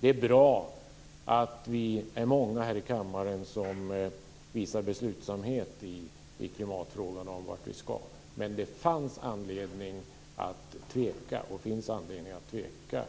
Det är bra att vi är många här i kammaren som visar beslutsamhet i klimatfrågan vad beträffar vart vi ska, men det fanns och finns anledning att tveka